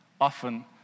often